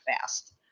fast